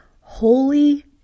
Holy